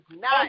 nice